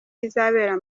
izabera